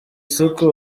isoko